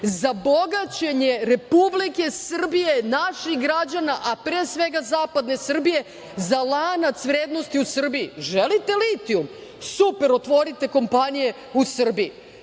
za bogaćenje Republike Srbije, naših građana, a pre svega zapadne Srbije, za lanac vrednosti u Srbiji. Želite litijum? Super, otvorite kompanije u Srbiji.